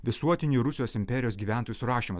visuotinį rusijos imperijos gyventojų surašymą